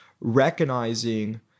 recognizing